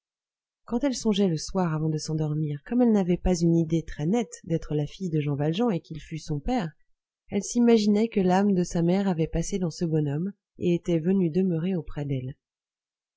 quand elle songeait le soir avant de s'endormir comme elle n'avait pas une idée très nette d'être la fille de jean valjean et qu'il fût son père elle s'imaginait que l'âme de sa mère avait passé dans ce bonhomme et était venue demeurer auprès d'elle